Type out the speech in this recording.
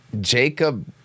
Jacob